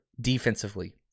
defensively